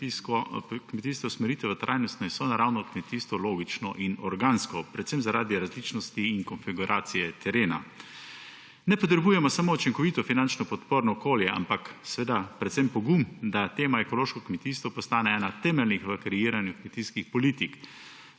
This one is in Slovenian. kmetijstvo usmeritev v trajnostno sonaravno kmetijstvo logično in organsko predvsem zaradi različnosti in konfiguracije terena. Ne potrebujemo samo učinkovito finančno podporno okolje, ampak seveda predvsem pogum, da temu ekološko kmetijstvo postane ena temeljnih v kreiranju kmetijskih politik.